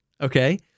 Okay